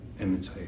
imitate